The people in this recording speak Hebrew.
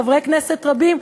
חברי כנסת רבים,